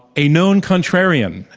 a known contrarian,